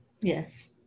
yes